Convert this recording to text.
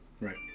Right